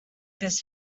this